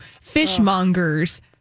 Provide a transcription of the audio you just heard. fishmongers